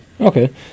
Okay